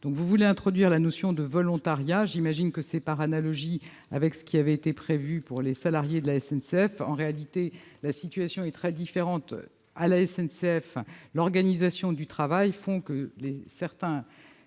vous souhaitez introduire la notion de volontariat, sans doute par analogie avec ce qui avait été prévu pour les salariés de la SNCF. En réalité, les deux situations sont très différentes : à la SNCF, l'organisation du travail fait que certains